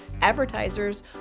advertisers